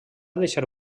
deixar